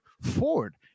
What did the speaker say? Ford